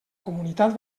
comunitat